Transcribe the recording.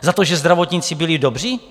Za to, že zdravotníci byli dobří?